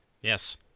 Yes